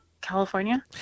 California